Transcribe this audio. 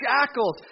shackles